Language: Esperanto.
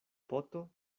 poto